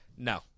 No